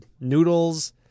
noodles